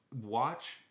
watch